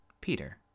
Peter